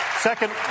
Second